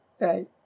right